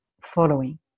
following